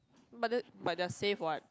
but the but they are safe what